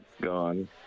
gone